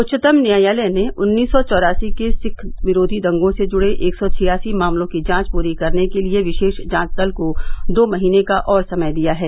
उच्चतम न्यायालय ने उन्नीस सौ चौरासी के सिख विरोधी दंगों से जुड़े एक सौ छियासी मामलों की जांच पूरी करने के लिए विशेष जांच दल को दो महीने का और समय दिया है